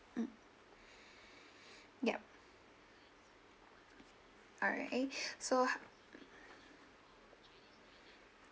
mm yup alright so